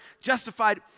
Justified